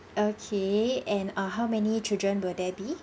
okay and err how many children will there be